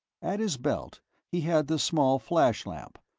at his belt he had the small flashlamp,